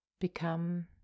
become